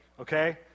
okay